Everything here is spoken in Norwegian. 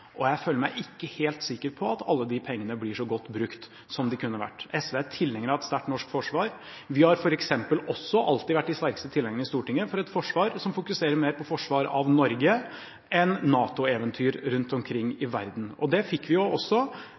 innbygger. Jeg føler meg ikke helt sikker på at alle de pengene blir så godt brukt som de kunne vært. SV er tilhenger av et sterkt norsk forsvar. Vi har f.eks. også alltid vært de sterkeste tilhengerne i Stortinget av et forsvar som fokuserer mer på forsvar av Norge enn NATO-eventyr rundt omkring i verden. Det fikk vi jo også